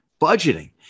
budgeting